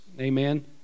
Amen